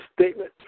statement